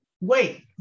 Wait